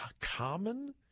common